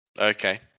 Okay